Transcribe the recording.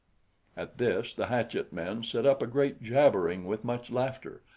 at this the hatchet-men set up a great jabbering with much laughter,